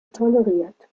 toleriert